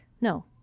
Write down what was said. No